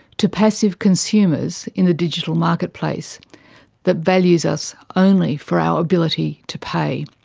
to passive consumers in the digital market place that values us only for our ability to pay.